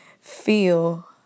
feel